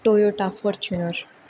Toyota Fortuner